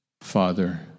Father